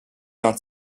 d’un